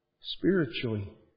Spiritually